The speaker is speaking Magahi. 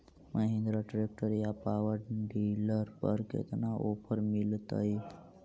महिन्द्रा ट्रैक्टर या पाबर डीलर पर कितना ओफर मीलेतय?